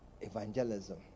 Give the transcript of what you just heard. Evangelism